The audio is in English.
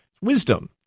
wisdom